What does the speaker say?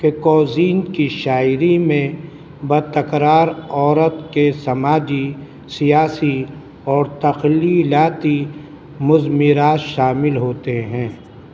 کہ کوزین کی شاعری میں بہ تکرار عورت کے سماجی سیاسی اور تخلیلاتی مضمرات شامل ہوتے ہیں